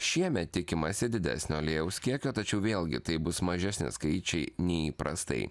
šiemet tikimasi didesnio aliejaus kiekio tačiau vėlgi tai bus mažesni skaičiai nei įprastai